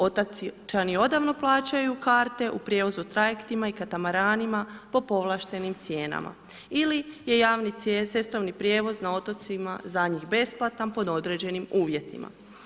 Otočani odavno plaćaju karte u prijevozu trajektima i katamaranima po povlaštenim cijenama ili je javni cestovni prijevoz na otocima za njih besplatan pod određenim uvjetima.